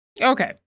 Okay